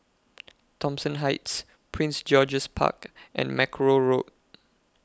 Thomson Heights Prince George's Park and Mackerrow Road